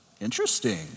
Interesting